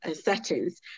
settings